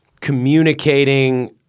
communicating